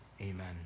Amen